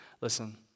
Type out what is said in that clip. Listen